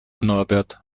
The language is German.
norbert